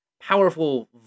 powerful